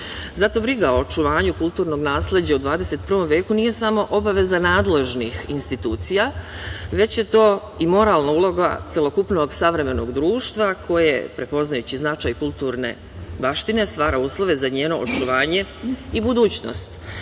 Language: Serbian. Zato briga o očuvanju kulturnog nasleđa u 21. veku nije samo obaveza nadležnih institucija, već je to i moralna uloga celokupnog savremenog društva koje, prepoznajući značaj kulturne baštine, stvara uslove za njeno očuvanje i budućnost. Polazna